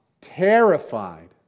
terrified